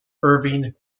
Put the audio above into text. irving